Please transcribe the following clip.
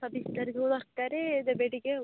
ଛବିଶ ତାରିଖକୁ ଦରକାର ଦେବେ ଟିକେ ଆଉ